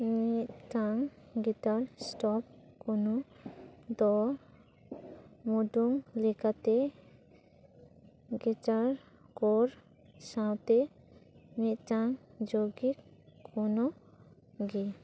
ᱢᱤᱫᱴᱟᱝ guitar stock ᱠᱳᱱᱳ ᱫᱚ ᱢᱩᱰᱩᱝ ᱞᱮᱠᱟᱛᱮ ᱜᱤᱴᱟᱨ ᱠᱳᱨ ᱥᱟᱶᱛᱮ ᱢᱤᱫᱴᱟᱝ ᱡᱳᱣᱜᱤᱠ ᱠᱳᱱᱳ ᱜᱤ